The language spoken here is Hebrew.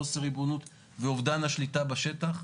חוסר ריבונות ואובדן השליטה בשטח.